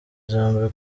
zombi